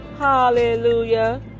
Hallelujah